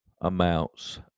amounts